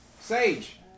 Sage